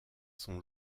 son